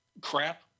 crap